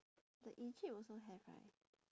the egypt also have right